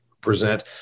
present